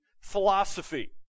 philosophy